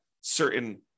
certain